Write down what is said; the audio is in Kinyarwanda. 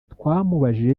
twamubajije